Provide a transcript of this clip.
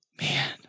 Man